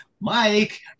Mike